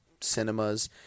cinemas